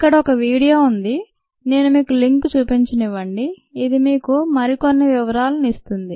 ఇక్కడ ఒక వీడియో ఉంది నేను మీకు లింక్ చూపించనివ్వండి ఇది మీకు మరికొన్ని వివరాలను ఇస్తుంది